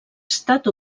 estat